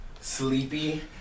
sleepy